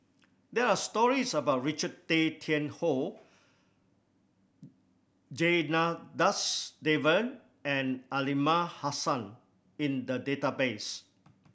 there are stories about Richard Tay Tian Hoe Janadas Devan and Aliman Hassan in the database